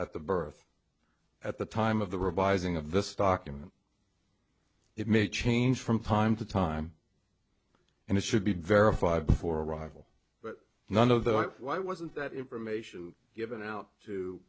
at the birth at the time of the revising of this document it may change from time to time and it should be verified before arrival but none of that why wasn't that information given out to